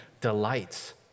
delights